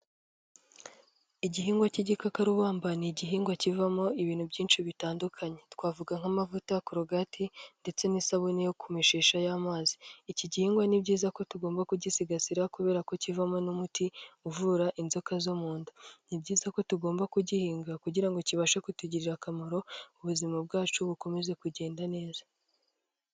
Igihingwa cy'igikakarubamba ni igihingwa kivamo ibintu byinshi bitandukanye, twavuga nk'amavuta, kurogati ndetse n'isabune yo kumeshesha y'amazi. Iki gihingwa ni byiza ko tugomba kugisigasira kubera ko kivamo n'umuti uvura inzoka zo mu nda, ni byiza ko tugomba kugihinga kugira ngo kibashe kutugirira akamaro. Ubuzima bwacu bukomeze kugenda neza.